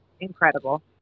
incredible